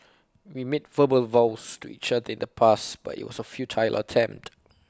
we made verbal vows to each other in the past but IT was A futile attempt